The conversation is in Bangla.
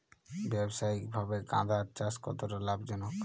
ব্যবসায়িকভাবে গাঁদার চাষ কতটা লাভজনক?